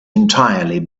entirely